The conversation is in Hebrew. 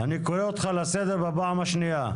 אני קורא לך לסדר בפעם השנייה.